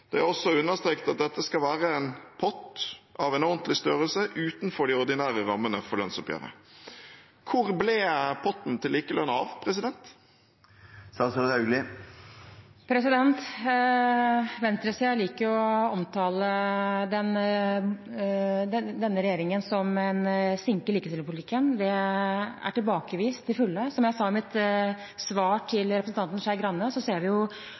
Det er også understreket at dette skal være en pott av en ordentlig størrelse, «utenfor de ordinære rammene for lønnsoppgjøret». Hvor ble potten til likelønn av? Venstresiden liker jo å omtale denne regjeringen som en sinke i likestillingspolitikken. Det er tilbakevist til fulle. Som jeg sa i mitt svar til representanten Skei Grande, ser vi